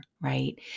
right